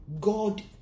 God